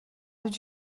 did